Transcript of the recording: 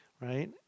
right